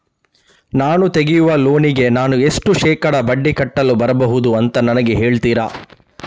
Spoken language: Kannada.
ನಾನು ತೆಗಿಯುವ ಲೋನಿಗೆ ನಾನು ಎಷ್ಟು ಶೇಕಡಾ ಬಡ್ಡಿ ಕಟ್ಟಲು ಬರ್ಬಹುದು ಅಂತ ನನಗೆ ಹೇಳ್ತೀರಾ?